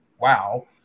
wow